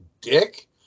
dick